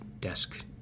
desk